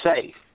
safe